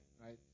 right